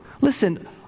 listen